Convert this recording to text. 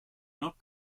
not